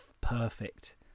perfect